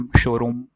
showroom